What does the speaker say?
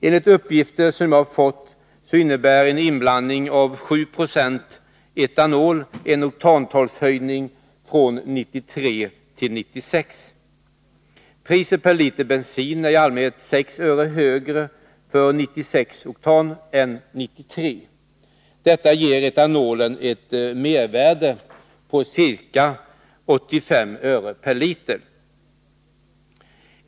Enligt uppgifter som jag har fått innebär en inblandning av 7 96 etanol en oktantalshöjning från 93 till 96. Priset per liter bensin är i allmänhet 6 öre högre för 96 oktan än för 93. Detta ger etanolen ett mervärde på ca 85 öre per liter.